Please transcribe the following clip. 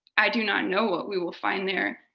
i do not know what we will find there,